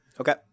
Okay